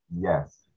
Yes